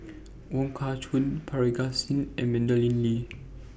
Wong Kah Chun Parga Singh and Madeleine Lee